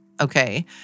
Okay